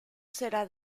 será